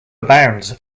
abounds